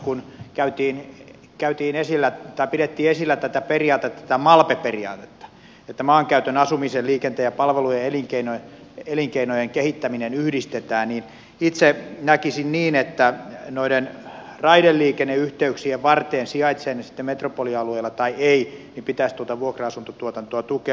tuossa liikennepoliittisessa selonteossa kun pidettiin esillä tätä malpe periaatetta että maankäytön asumisen liikenteen ja palvelujen ja elinkeinojen kehittäminen yhdistetään niin itse näkisin niin että noiden raideliikenneyhteyksien varteen sijaitsevat ne sitten metropolialueella tai ei pitäisi tuota vuokra asuntotuotantoa tukea